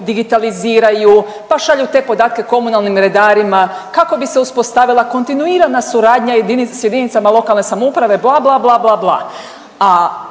digitaliziraju pa šalju te podatke komunalnim redarima kako bi se uspostavila kontinuirana suradnja s jedinicama lokalne samouprave bla, bla, bla, bla, a